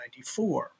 1994